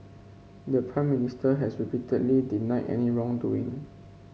the Prime Minister has repeatedly denied any wrongdoing